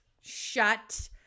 Shut